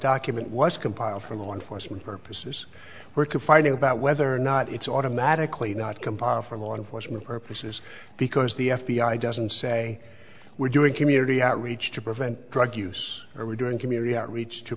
document was compiled for law enforcement purposes we're confining about whether or not it's automatically not compiled for law enforcement purposes because the f b i doesn't say we're doing community outreach to prevent drug use or we're doing community outreach to